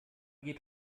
geht